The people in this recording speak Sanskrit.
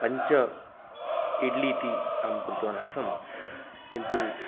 पञ्च इड्लि इति अहं कृतवान् आसं किन्तु